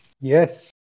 yes